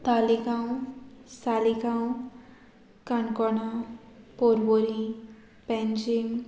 Taleigao Saligao Canacona Porvorim Panjim